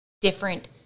different